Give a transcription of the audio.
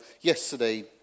yesterday